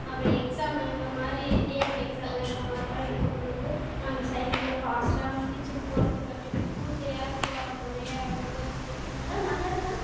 அப்புறம் எக்சாமு இந்த மாதிரி டிஎன்பிசி எக்சாமு அந்த மாதிரிலாம் இருக்கும் பொழுது நாங்கள் சைக்கிளை ஃபாஸ்டாக மிதித்து போகிறதுக்கு காட்டியும் மூச்சு ஏர் போகிற மாதிரியே ஆயிடும் தண்ணி இது எல்லாம் நல்லது தான்